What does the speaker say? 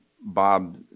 Bob